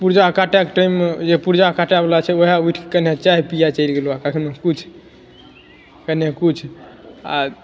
पुर्जा कटाएके टाइममे जे पुर्जा कटाएबला छै ओहए उठि केन्ने चाय पीए चलि गेलो कखनी किछु केन्ने किछु आ